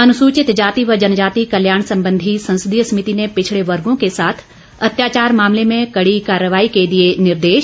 अनुसूचित जाति व जनजाति कल्याण संबंधी संसदीय समिति ने पिछड़े वर्गों के साथ अत्याचार मामले में कड़ी कार्रवाई के दिए निर्देश